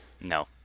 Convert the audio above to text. No